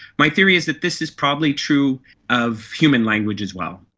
my theory is that this is probably true of human language as well.